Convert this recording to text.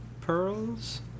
pearls